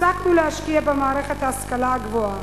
הפסקנו להשקיע במערכת ההשכלה הגבוהה,